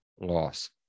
loss